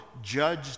judge